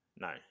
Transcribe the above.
No